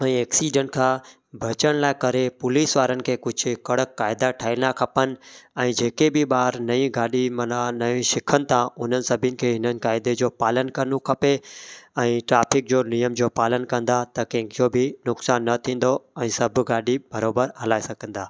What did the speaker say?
ऐं एक्सीडेंट खां बचण लाइ करे पुलिस वारनि खे कुझु कड़क क़ाइदा ठाहिणा खपनि ऐं जे के बि ॿार नई गाॾी माना नई सिखनि था उन्हनि सभिनी खे इन्हनि क़ाइदनि जो पालन करिणो खपे ऐं ट्राफ़िक जो नियम जो पालन कंदा त कंहिं जो बि नुक़सानु न थींदो ऐं सभु गाॾी बराबरि हलाए सघंदा